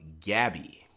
Gabby